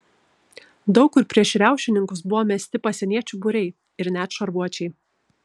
daug kur prieš riaušininkus buvo mesti pasieniečių būriai ir net šarvuočiai